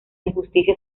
injusticia